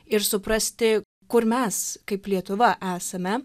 ir suprasti kur mes kaip lietuva esame